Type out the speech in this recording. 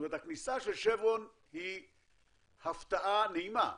זאת אומרת הכניסה של 'שברון' היא הפתעה, נעימה,